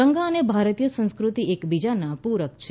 ગંગા અને ભારતીય સંસ્કૃતિ એક બીજાના પૂરક છે